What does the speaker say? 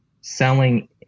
selling